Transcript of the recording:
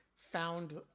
found